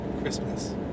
Christmas